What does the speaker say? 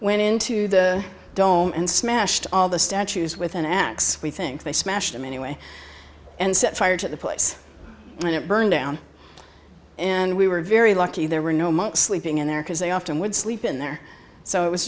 went into the dome and smashed all the statues with an axe we think they smashed him anyway and set fire to the place and it burned down and we were very lucky there were no monks sleeping in there because they often would sleep in there so it was